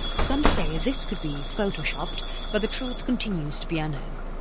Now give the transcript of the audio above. some say this could be photo-shopped but the truth continues to be unknown.